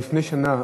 כבר לפני שנה,